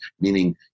meaning